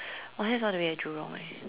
oh that's all the way at Jurong eh